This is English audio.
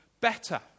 better